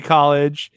College